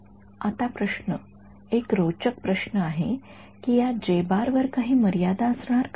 आता प्रश्न एक रोचक प्रश्न आहे की या वर काही मर्यादा असणार का